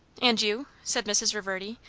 and you? said mrs. reverdy.